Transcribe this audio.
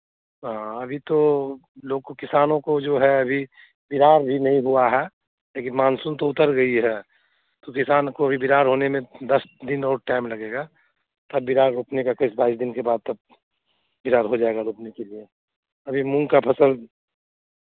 हाँ अभी तो लोग को किसानों को जो है अभी बिरार भी नहीं हुआ है लेकिन मानसून तो उतर गई है तो किसान को अभी बिरार होने में दस दिन और टाइम लगेगा तब बिरार रोपने के इक्कीस बाइस दिन के बाद तब बिरार हो जाएगा रोपने के लिए अभी मूंग का फसल